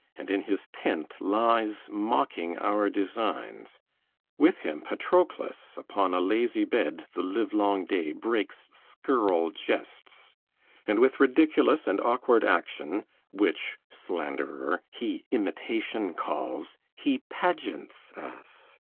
and in his tent lies mocking our designs with him patroclus upon a lazy bed the livelong day breaks scurril jests and with ridiculous and awkward action which, slanderer, he imitation calls he pageants us.